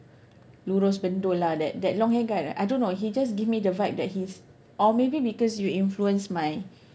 lurus bendul lah that that long hair guy right I don't know he just give me the vibe that he's or maybe because you influenced my